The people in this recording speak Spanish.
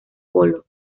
colo